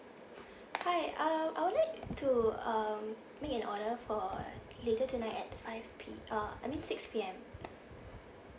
hi uh I would like to um make an order for later tonight at five P uh I mean six P_M